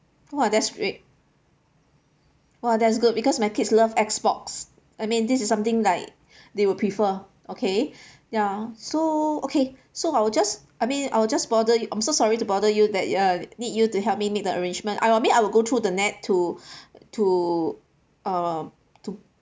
!wah! that's great !wah! that's good because my kids love xbox I mean this is something like they would prefer okay ya so okay so I will just I mean I will just bother you I'm so sorry to bother you that uh need you to help me make the arrangement I will mean I will go through the net to to um to